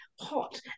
hot